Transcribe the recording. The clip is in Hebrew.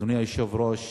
אדוני היושב-ראש,